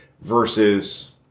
versus